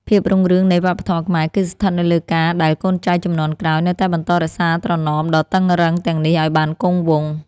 ភាពរុងរឿងនៃវប្បធម៌ខ្មែរ គឺស្ថិតនៅលើការដែលកូនចៅជំនាន់ក្រោយនៅតែបន្តរក្សាត្រណមដ៏តឹងរ៉ឹងទាំងនេះឱ្យបានគង់វង្ស។